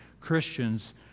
Christians